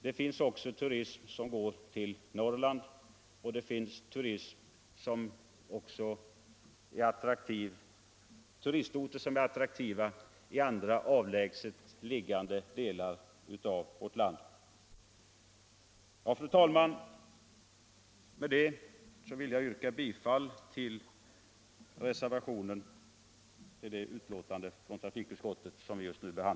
Det finns också turism som går till Norrland, och det finns turistorter som är attraktiva i andra avlägset liggande delar av vårt land. Herr talman! Med detta vill jag yrka bifall till den vid betänkandet fogade reservationen.